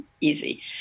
easy